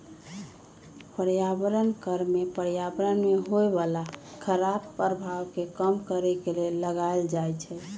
पर्यावरण कर में पर्यावरण में होय बला खराप प्रभाव के कम करए के लेल लगाएल जाइ छइ